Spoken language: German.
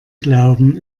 glauben